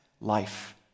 life